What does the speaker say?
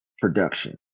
production